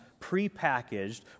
prepackaged